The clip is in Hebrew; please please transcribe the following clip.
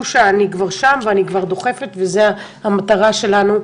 שאני כבר שם ואני כבר דוחפת וזו המטרה שלנו,